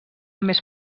més